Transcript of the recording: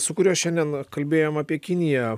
su kuriuo šiandien kalbėjome apie kiniją